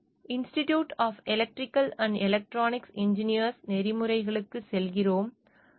நாம் institute of electrical and electronics engineers நெறிமுறைகளுக்குச் செல்கிறோம்